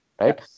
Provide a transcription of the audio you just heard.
right